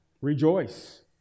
rejoice